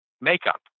makeup